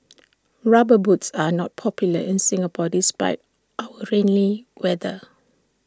rubber boots are not popular in Singapore despite our rainy weather